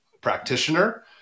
practitioner